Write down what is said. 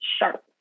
sharp